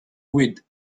weed